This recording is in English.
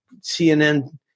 CNN